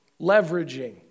Leveraging